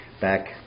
back